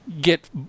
get